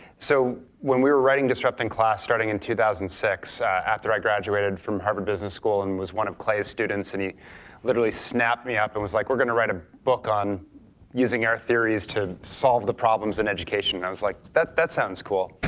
so when we were writing disrupting class starting in two thousand and six after i graduated from harvard business school and was one of clay's students, and he literally snapped me up and was like we're going to write a book using our theories to solve the problems in education. i was like, that that sounds cool,